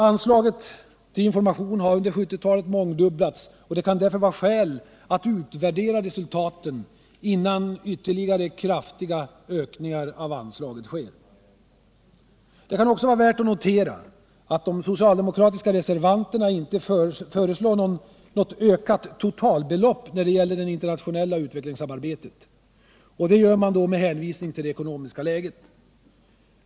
Anslaget har under 1970-talet mångdubblats, och det kan vara skäl att utvärdera resultaten innan ytterligare kraftiga ökningar av anslaget sker. Det kan också vara värt att notera att de socialdemokratiska reservanterna inte föreslår något ökat totalbelopp när det gäller det internationella utvecklingssamarbetet. Detta sker med hänvisning till det ekonomiska läget.